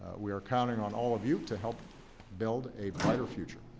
we are counting on all of you to help build a brighter future,